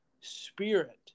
spirit